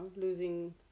losing